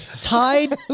Tied